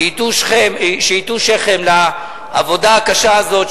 שהטו שכם לעבודה הקשה הזאת,